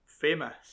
famous